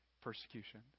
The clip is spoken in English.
Persecution